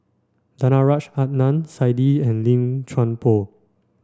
Danaraj Adnan Saidi and Lim Chuan Poh